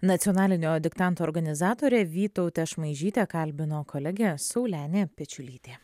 nacionalinio diktanto organizatorė vytautė šmaižytė kalbino kolegė saulenė pečiulytė